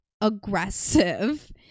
aggressive